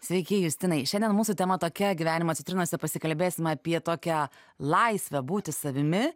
sveiki justinai šiandien mūsų tema tokia gyvenimo citrinose pasikalbėsim apie tokią laisvę būti savimi